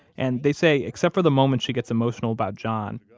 and they say, except for the moments she gets emotional about john,